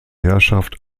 herrschaft